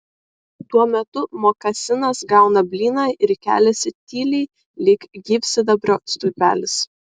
tuo metu mokasinas gauna blyną ir keliasi tyliai lyg gyvsidabrio stulpelis